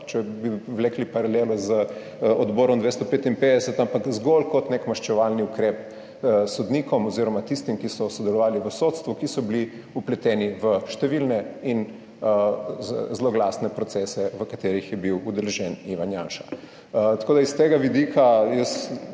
če bi vlekli paralelo z Odborom 255, ampak zgolj kot nek maščevalni ukrep sodnikom oziroma tistim, ki so sodelovali v sodstvu, ki so bili vpleteni v številne in zloglasne procese, v katerih je bil udeležen Ivan Janša. S tega vidika